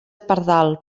pardal